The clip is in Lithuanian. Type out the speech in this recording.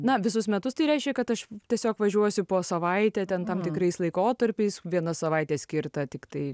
na visus metus tai reiškia kad aš tiesiog važiuosiu po savaitę ten tam tikrais laikotarpiais viena savaitė skirta tiktai